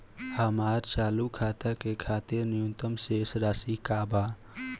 हमार चालू खाता के खातिर न्यूनतम शेष राशि का बा?